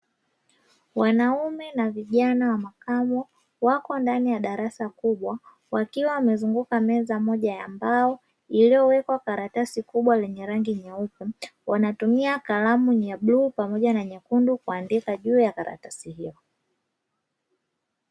Wanaume na vijana wa makamo wako ndani ya darasa kubwa wakiwa wamezunguka meza moja ya mbao iliyowekwa karatasi kubwa lenye rangi nyeupe, wanatumia kalamu ya bluu pamoja na nyekundu kuandika juu ya karatasi hilo.